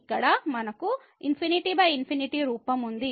ఇక్కడ మనకు ∞∞ రూపం ఉంది